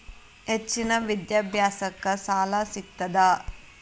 ಹೆಚ್ಚಿನ ವಿದ್ಯಾಭ್ಯಾಸಕ್ಕ ಸಾಲಾ ಸಿಗ್ತದಾ?